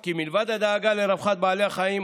כי מלבד הדאגה לרווחת בעלי החיים,